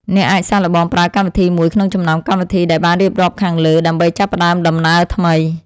អ្នកអាចសាកល្បងប្រើកម្មវិធីមួយក្នុងចំណោមកម្មវិធីដែលបានរៀបរាប់ខាងលើដើម្បីចាប់ផ្តើមដំណើរថ្មី។